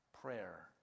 prayer